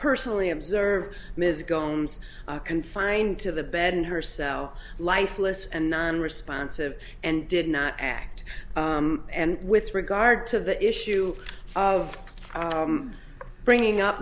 personally observe ms goans confined to the bed in her cell lifeless and non responsive and did not act and with regard to the issue of bringing up